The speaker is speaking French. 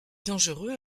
dangereux